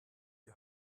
die